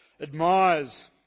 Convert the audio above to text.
admires